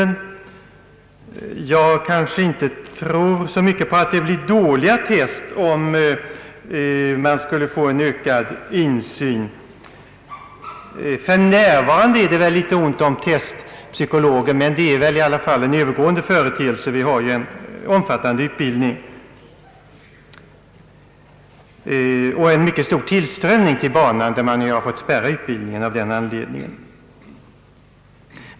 Jag tror kanske inte så mycket på att det blir dåliga test, om det skulle bli en ökad insyn. För närvarande är det litet ont om testpsykologer, men det torde vara en övergående företeelse. Det förekommer dock på detta område en omfattande utbildning. Tillströmningen till psykologbanan är mycket stor, och utbildningen har av den anledningen fått lov att spärras.